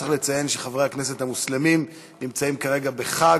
צריך לציין שחברי הכנסת המוסלמים נמצאים כרגע בחג,